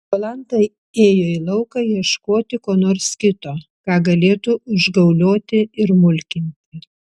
jolanta ėjo į lauką ieškoti ko nors kito ką galėtų užgaulioti ir mulkinti